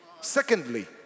Secondly